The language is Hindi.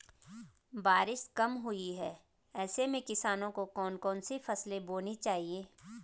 बारिश कम हुई है ऐसे में किसानों को कौन कौन सी फसलें बोनी चाहिए?